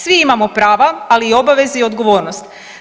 Svi imamo prava, ali i obaveze i odgovornost.